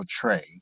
portray